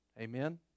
Amen